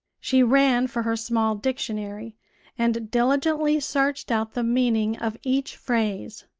she ran for her small dictionary and diligently searched out the meaning of each phrase.